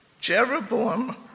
Jeroboam